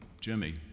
Jimmy